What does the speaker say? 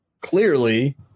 clearly